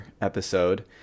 episode